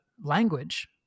language